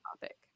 topic